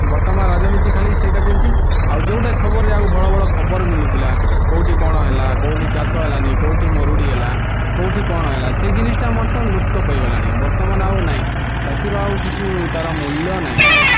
ବର୍ତ୍ତମାନ ରାଜନୀତି ଖାଲି ସେଇଟା ଚାଲିଛି ଆଉ ଯେଉଁଟା ଖବରରେ ଆଉ ଭଲ ଭଲ ଖବର ମିଳୁଥିଲା କେଉଁଠି କ'ଣ ହେଲା କେଉଁଠି ଚାଷ ହେଲାନି କେଉଁଠି ମରୁଡ଼ି ହେଲା କେଉଁଠି କ'ଣ ହେଲା ସେ ଜିନିଷଟା ବର୍ତ୍ତମାନ ଲୁପ୍ତ ପାଇଗଲାଣି ବର୍ତ୍ତମାନ ଆଉ ନାହିଁ ଚାଷୀର ଆଉ କିଛି ତା'ର ମୂଲ୍ୟ ନାହିଁ ଆଉ